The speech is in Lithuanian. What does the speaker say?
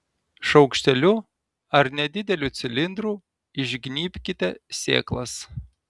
šaukšteliu ar nedideliu cilindru išgnybkite sėklas